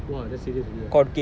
!wah! that's seriously already lah